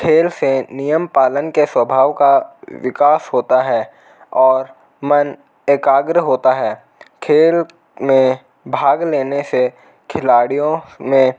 खेल से नियम पालन के स्वभाव का विकास होता है और मन एकाग्र होता है खेल में भाग लेने से खिलाड़ियों में